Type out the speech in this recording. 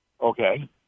Okay